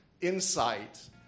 insight